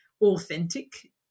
authentic